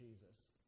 Jesus